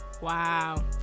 Wow